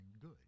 good